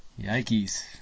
Yikes